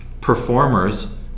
performers